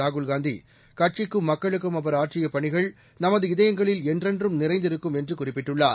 ராகுல் காந்தி கட்சிக்கும் மக்களுக்கும் அவர் ஆற்றிய பணிகள் நமது இதயங்களில் என்றென்றும் நிறைந்திருக்கும் என்று குறிப்பிட்டுள்ளார்